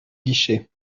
guichet